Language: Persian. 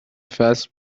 فصل